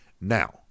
now